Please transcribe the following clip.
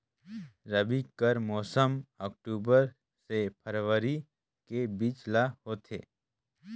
रबी कर मौसम अक्टूबर से फरवरी के बीच ल होथे